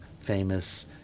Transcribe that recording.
famous